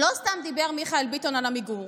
לא סתם דיבר מיכאל ביטון על עמיגור.